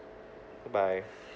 goodbye